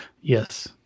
Yes